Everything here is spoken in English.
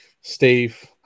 Steve